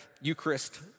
Eucharist